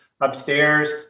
upstairs